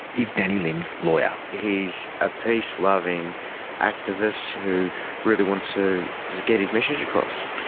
is danny lim's lawyer. he's a peace-loving activist who really wants to get his message across.